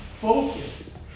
Focus